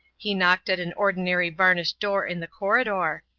he knocked at an ordinary varnished door in the corridor.